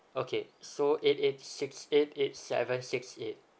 okay so eight eight six eight eight seven six eight